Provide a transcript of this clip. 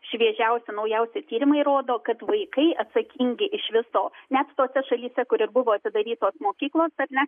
šviežiausi naujausi tyrimai kad vaikai atsakingi iš viso net tose šalyse kur ir buvo atidarytos mokyklos ar ne